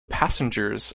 passengers